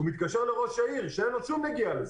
הוא מתקשר לראש העיר שאין לו שום נגיעה לזה.